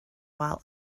while